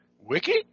wiki